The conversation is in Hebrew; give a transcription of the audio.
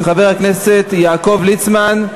של חבר הכנסת יעקב ליצמן.